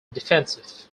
defensive